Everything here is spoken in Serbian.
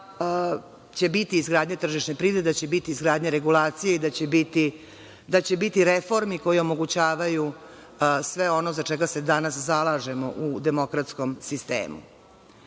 da će biti izgradnja tržišne privrede, da će biti izgradnja regulacije i da će biti reformi koje omogućavaju sve ono za čega se danas zalažemo u demokratskom sistemu. Komisija